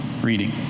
reading